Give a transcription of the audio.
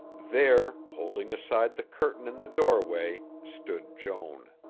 there, holding aside the curtain in the doorway, stood joan.